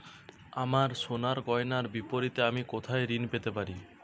আমার সোনার গয়নার বিপরীতে আমি কোথায় ঋণ পেতে পারি?